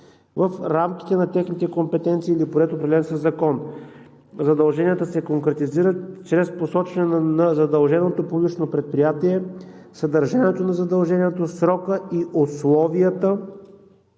в рамките на техните компетенции, или по ред, определен със закон. Задълженията се конкретизират чрез посочване на задълженото публично предприятие, съдържанието на задължението, срока и условията,